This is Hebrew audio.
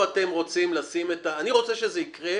אני רוצה שזה יקרה,